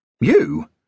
You